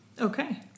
Okay